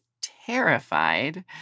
terrified